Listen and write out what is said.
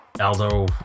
Aldo